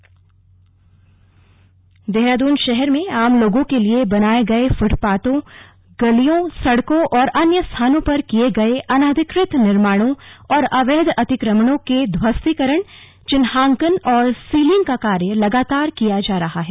अतिक्रमण देहराद्न शहर में आम लोगों के लिए बनाये गये फूटपाथों गलियों सड़कों और अन्य स्थानों पर किये गये अनधिकृत निर्माणों और अवैध अतिक्रमणों के ध्वस्तीकरण चिन्हांकन और सीलिंग का कार्य लगातार किया जा रहा है